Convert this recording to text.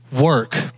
work